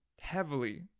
Heavily